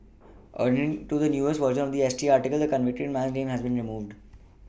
according to the newest version of the S T article the convicted man's name has been removed